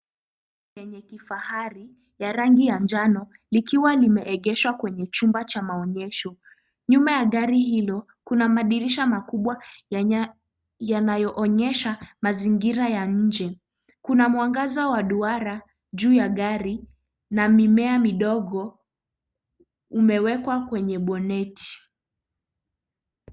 Yenye kifahari, ya rangi ya njano likiwa limeegeshwa kwenye chumba cha maonyesho. Nyuma ya gari hilo kuna madirisha makubwa yanaoonyesha mazingira ya nje. Kuna mwangaza wa duara juu ya gari, na mimea midogo umewekwa kwenye boneti.